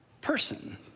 person